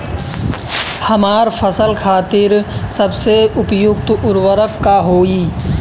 हमार फसल खातिर सबसे उपयुक्त उर्वरक का होई?